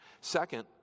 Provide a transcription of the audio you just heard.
Second